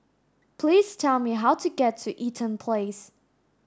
please tell me how to get to Eaton Place